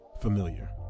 familiar